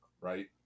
right